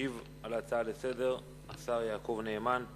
ישיב על ההצעה לסדר-היום השר יעקב נאמן,